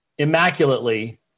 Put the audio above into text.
immaculately